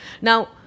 Now